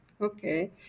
Okay